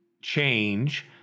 change